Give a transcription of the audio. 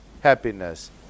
happiness